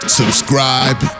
subscribe